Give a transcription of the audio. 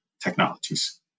technologies